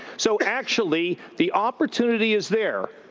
so actually, the opportunity is there,